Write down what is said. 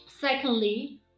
Secondly